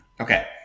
Okay